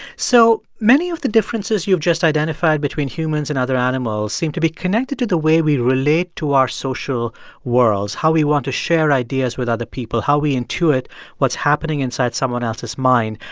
so many of the differences you've just identified between humans and other animals seem to be connected to the way we relate to our social worlds, how we want to share ideas with other people, how we intuit what's happening inside someone else's mind,